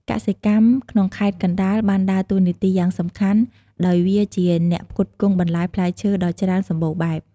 កសិកម្មក្នុងខេត្តកណ្ដាលបានដើរតួនាទីយ៉ាងសំខាន់ ដោយវាជាអ្នកផ្គត់ផ្គង់បន្លែផ្លែឈើដ៏ច្រើនសម្បូរបែប។